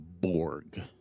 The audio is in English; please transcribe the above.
Borg